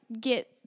get